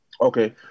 Okay